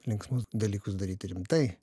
linksmus dalykus daryti rimtai